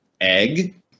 egg